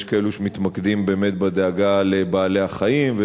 יש כאלו שמתמקדים באמת בדאגה לבעלי-החיים,